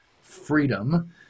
freedom